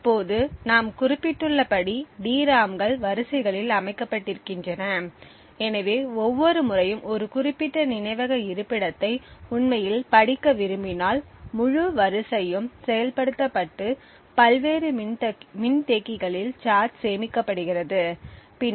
இப்போது நாம் குறிப்பிட்டுள்ளபடி டிராம்கள் வரிசைகளில் அமைக்கப்பட்டிருக்கின்றன எனவே ஒவ்வொரு முறையும் ஒரு குறிப்பிட்ட நினைவக இருப்பிடத்தை உண்மையில் படிக்க விரும்பினால் முழு வரிசையும் செயல்படுத்தப்பட்டு பல்வேறு மின்தேக்கிகளில் சார்ஜ் சேமிக்கப்படுகிறது சேமிக்கப்பட்டதிலிருந்து